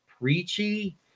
preachy